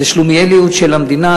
זו שלומיאליות של המדינה,